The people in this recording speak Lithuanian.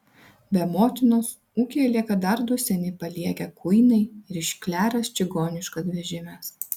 be motinos ūkyje lieka dar du seni paliegę kuinai ir iškleręs čigoniškas vežimas